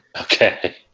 Okay